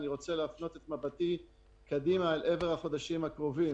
אני רוצה להפנות את מבטי קדימה אל עבר החודשים הקרובים